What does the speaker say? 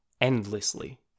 endlessly